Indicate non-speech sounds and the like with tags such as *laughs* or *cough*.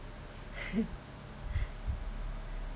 *laughs*